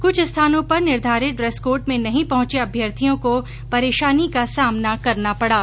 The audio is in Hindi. कुछ स्थानों पर निर्धारित इेस कोड में नहीं पहुंचे अभ्यर्थियों को परेशानी का सामना करना पड़ा